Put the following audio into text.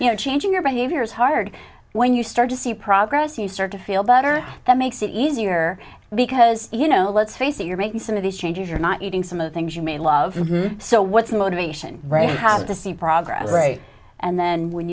you know changing your behavior is hard when you start to see progress you start to feel better that makes it easier because you know let's face it you're making some of these changes you're not eating some of the things you may love so what's the motivation right i have to see progress right and then when